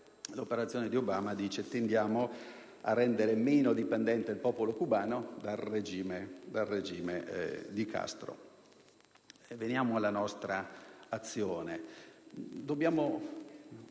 l'operazione di Obama tende a rendere meno dipendente il popolo cubano dal regime di Castro. Veniamo ora alla nostra azione.